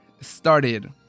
started